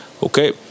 Okay